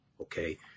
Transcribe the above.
okay